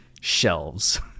shelves